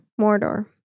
Mordor